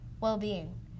well-being